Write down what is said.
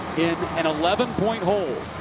in an eleven point hole